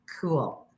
cool